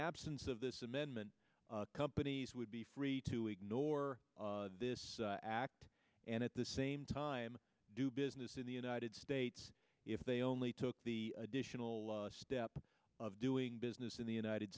absence of this amendment companies would be free to ignore this act and at the same time do business in the united states if they only took the additional step of doing business in the united